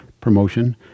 promotion